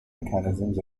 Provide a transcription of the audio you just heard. mechanisms